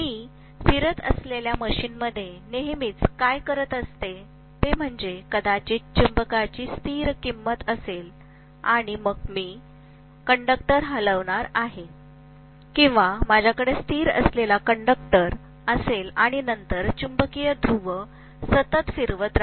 आपण फिरत असलेल्या मशीनमध्ये नेहमीच काय करत असतो ते म्हणजे कदाचित चुंबकाची स्थिर किंमत असेल आणि मग मी कंडक्टर हलवणार आहे किंवा माझ्याकडे स्थिर असलेला कंडक्टर असेल आणि नंतर चुंबकीय ध्रुव सतत फिरवत रहा